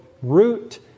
root